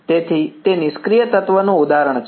તેથી તે નિષ્ક્રિય તત્વનું ઉદાહરણ છે